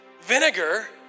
vinegar